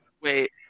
Wait